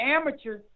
amateur